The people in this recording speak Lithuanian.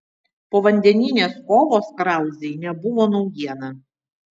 povandeninės kovos krauzei nebuvo naujiena